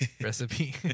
recipe